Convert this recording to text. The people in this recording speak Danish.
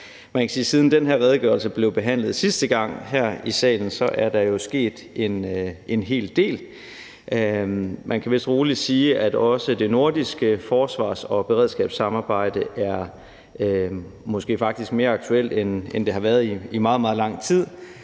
siden den her redegørelse blev behandlet sidste gang her i salen, er der jo sket en hel del. Man kan vist roligt sige, at også det nordiske forsvars- og beredskabssamarbejde måske faktisk er mere aktuelt, end det har været i meget, meget lang tid,